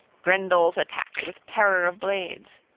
grendel's attack with terror of blades.